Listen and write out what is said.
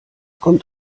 kommt